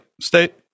state